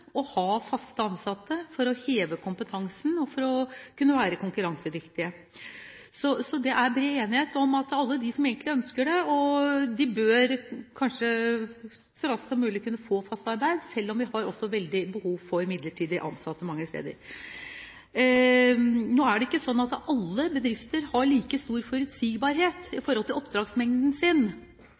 ha fast ansatte for å sikre kompetansen og for å kunne være konkurransedyktige. Så det er bred enighet om at alle de som egentlig ønsker det, kanskje så raskt som mulig bør få fast arbeid, selv om vi også har veldig behov for midlertidig ansatte i mange virksomheter. Nå er det ikke sånn at alle bedrifter har like stor forutsigbarhet i forhold til oppdragsmengden sin.